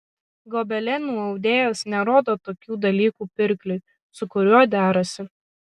gobelenų audėjas nerodo tokių dalykų pirkliui su kuriuo derasi